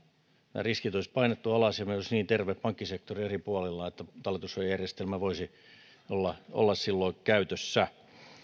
nämä riskit olisi painettu alas ja meillä olisi niin terve pankkisektori eri puolilla että talletussuojajärjestelmä voisi olla silloin käytössä